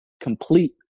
complete